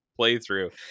playthrough